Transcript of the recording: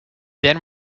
then